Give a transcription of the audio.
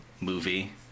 movie